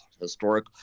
historic